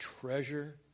treasure